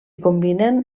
combinen